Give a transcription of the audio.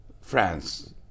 France